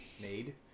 made